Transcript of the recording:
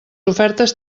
ofertes